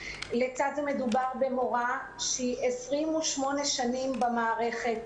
ולצד זה מדובר במורה שנמצאת 28 שנים במערכת,